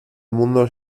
mundo